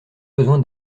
besoin